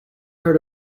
heard